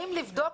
באים לבדוק,